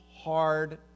hard